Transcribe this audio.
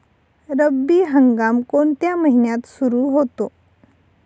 रब्बी हंगाम कोणत्या महिन्यात सुरु होतो?